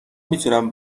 میتونم